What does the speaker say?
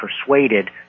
persuaded